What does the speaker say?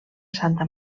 santa